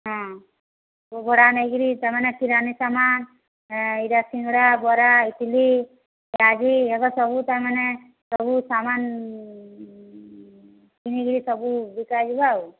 ହଁ କେଉଁ ଭଡ଼ା ନେଇକିରି ସେମାନେ କିରାନୀ ସାମାନ ଇରା ସିଙ୍ଗଡ଼ା ବରା ଇଟିଲି ପିଆଜି ଏ ସବୁ ତାମାନେ ସବୁ ସାମାନ କିଣିକିରି ସବୁ ବିକାଯିବା ଆଉ